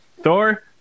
Thor